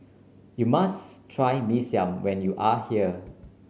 you must try Mee Siam when you are here